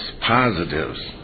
positives